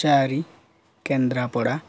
ଚାରି କେନ୍ଦ୍ରାପଡ଼ା